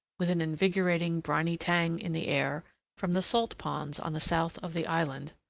with an invigorating, briny tang in the air from the salt-ponds on the south of the island,